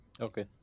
okay